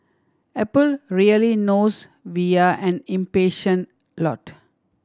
apple really knows we are an impatient lot